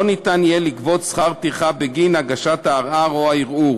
לא יהיה אפשר לגבות שכר טרחה בגין הגשת הערר או הערעור,